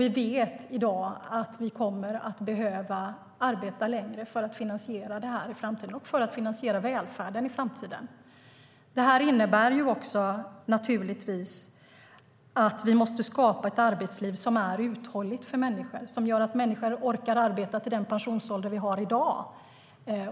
Vi vet i dag att vi kommer att behöva arbeta längre för att finansiera det här och välfärden i framtiden. Detta innebär naturligtvis också att vi måste skapa ett arbetsliv som är uthålligt för människor och som gör att de orkar arbeta till den pensionsålder som är i dag.